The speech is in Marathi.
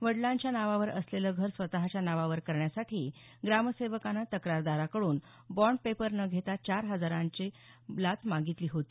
वडिलांच्या नावावर असलेलं घर स्वतच्या नावावर करण्यासाठी ग्रामसेवकानं तक्रारदाराकड़न बाँड पेपर न घेता चार हजारांची रुपयांची लाच मागितली होती